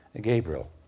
Gabriel